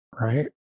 Right